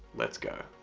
let's go.